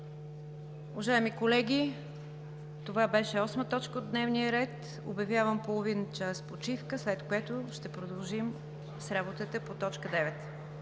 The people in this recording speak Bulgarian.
Уважаеми колеги, това беше осма точка от дневния ред. Обявявам половин час почивка, след което ще продължим с работата по точка